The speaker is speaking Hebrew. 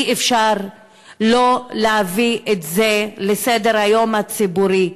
אי-אפשר להמשיך לא להביא את זה לסדר-היום הציבורי,